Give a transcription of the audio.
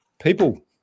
people